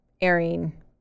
Airing